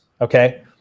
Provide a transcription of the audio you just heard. Okay